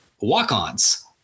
walk-ons